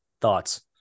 Thoughts